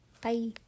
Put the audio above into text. Bye